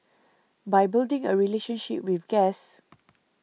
by building a relationship with guests